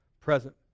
present